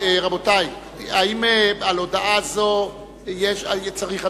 האם על הודעה זו צריך הצבעה?